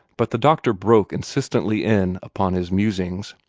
but the doctor broke insistently in upon his musings.